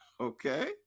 Okay